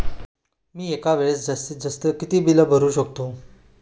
मी एका वेळेस जास्तीत जास्त किती बिल भरू शकतो?